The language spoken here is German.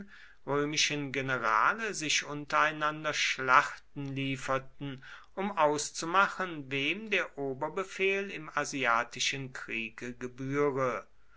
römischen generale sich untereinander schlachten lieferten um auszumachen wem der oberbefehl im asiatischen kriege gebühre